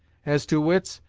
as to wits,